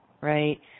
right